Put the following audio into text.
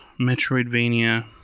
metroidvania